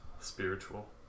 Spiritual